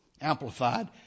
amplified